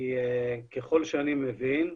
ככל שאני מבין,